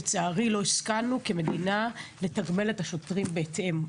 לצערי לא השכלנו כמדינה לתגמל את השוטרים בהתאם.